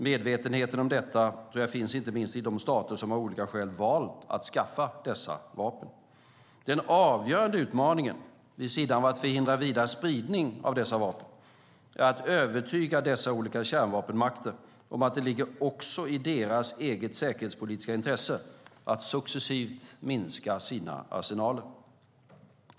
Medvetenheten om detta tror jag finns inte minst i de stater som av olika skäl valt att skaffa dessa vapen. Den avgörande utmaningen - vid sidan av att förhindra vidare spridning av dessa vapen - är att övertyga dessa olika kärnvapenmakter om att det också ligger i deras eget säkerhetspolitiska intresse att successivt minska sina arsenaler.